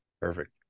Perfect